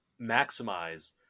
maximize